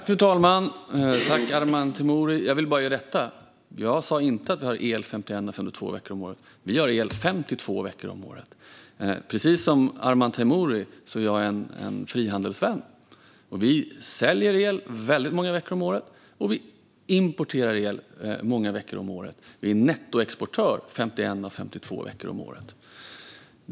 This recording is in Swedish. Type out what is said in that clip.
Fru talman och Arman Teimouri! Jag vill bara rätta ledamoten - jag sa inte att vi har el 51 av 52 veckor om året. Vi har el 52 veckor om året. Precis som Arman Teimouri är jag en frihandelsvän. Vi säljer el många veckor om året, och vi importerar el många veckor om året. Vi är nettoexportör 51 av 52 veckor om året.